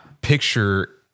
picture